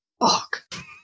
fuck